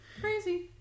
Crazy